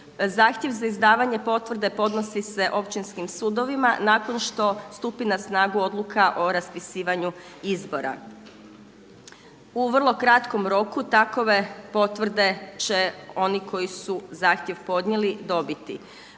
zahtjev za izdavanje potvrde podnosi se općinskim sudovima nakon što stupi na snagu odluka o raspisivanju izbora. U vrlo kratkom roku takove potvrde će oni koji su zahtjev podnijeli dobiti.